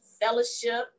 fellowship